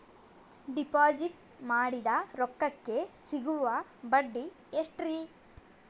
Deposit ಮಾಡಿದ ರೊಕ್ಕಕೆ ಸಿಗುವ ಬಡ್ಡಿ ಎಷ್ಟ್ರೀ?